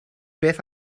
beth